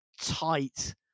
tight